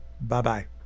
Bye-bye